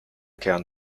kern